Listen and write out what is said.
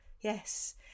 Yes